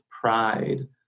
pride